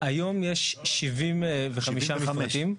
היום יש 75 מפרטים,